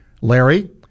Larry